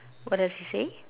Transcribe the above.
what does he say